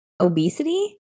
Obesity